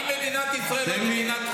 אם מדינת ישראל היא לא מדינת חוק, לא צריך יותר.